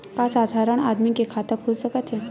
का साधारण आदमी के खाता खुल सकत हे?